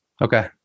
Okay